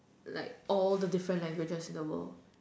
like all the different languages in the world